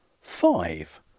five